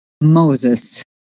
Moses